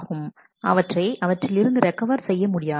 அவற்றை அவற்றில் இருந்து ரெக்கவர் செய்ய முடியாது